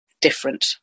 different